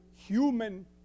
human